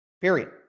Period